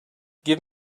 give